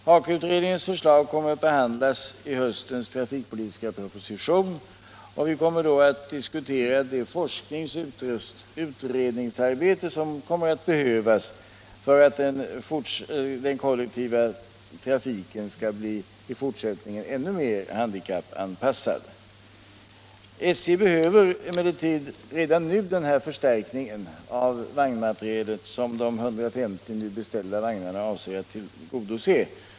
HAKO-utredningens förslag kommer att behandlas i höstens trafikpolitiska proposition, och vi kommer då att diskutera det forskningsoch utredningsarbete som kommer att behövas för att den kollektiva trafiken i fortsättningen skall bli ännu mer handikappanpassad. SJ behöver emellertid redan nu den förstärkning av vagnmaterielen som de 150 beställda vagnarna avser att tillgodose.